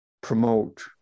promote